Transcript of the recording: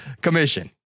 commission